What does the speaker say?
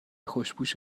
خوشپوش